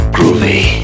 Groovy